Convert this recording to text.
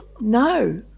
no